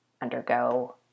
undergo